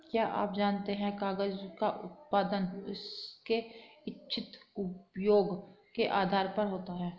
क्या आप जानते है कागज़ का उत्पादन उसके इच्छित उपयोग के आधार पर होता है?